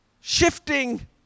Shifting